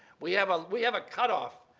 we have ah we have a cutoff,